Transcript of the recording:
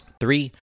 Three